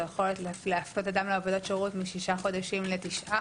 היכולת להפנות אדם לעבודות שירות משישה חודשים לתשעה